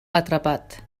atrapat